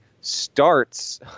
starts